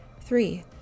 Three